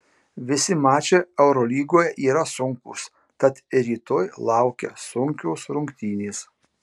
visi mačai eurolygoje yra sunkūs tad ir rytoj laukia sunkios rungtynės